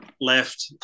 Left